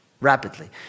rapidly